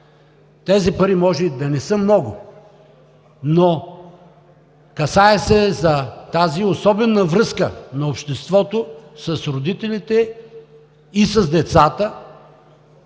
Тези пари може и да не са много, но се касае за особената връзка на обществото с родителите и с децата